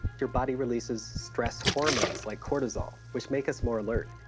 your body releases stress hormones like cortisol, which make us more alert,